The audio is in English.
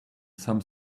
some